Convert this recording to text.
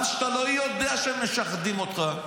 גם כשאתה לא יודע שמשחדים אותך,